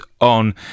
on